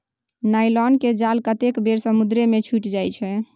nylon केर जाल कतेक बेर समुद्रे मे छुटि जाइ छै